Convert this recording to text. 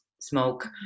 smoke